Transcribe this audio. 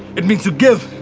it means to give.